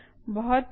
बहुत अच्छे